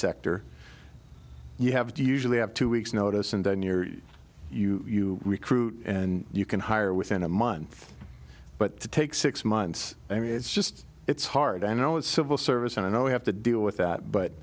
sector you have to usually have two weeks notice and then your you recruit and you can hire within a month but take six months i mean it's just it's hard i know it's civil service and i know we have to deal with that but